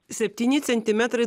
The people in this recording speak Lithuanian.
septyni centimetrai